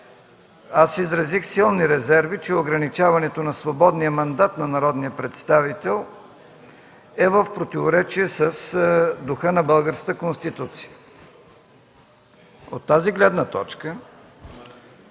аз изразих силни резерви, че ограничаването на свободния мандат на народния представител е в противоречие с духа на Българската конституция. От тази гледна точка